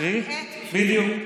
לקחתי עט בשביל, בדיוק.